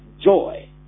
joy